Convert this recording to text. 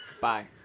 Bye